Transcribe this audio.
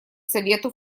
совету